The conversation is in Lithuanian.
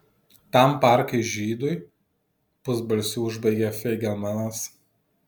tam parkai žydui pusbalsiu užbaigė feigelmanas